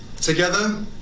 Together